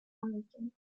origin